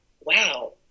wow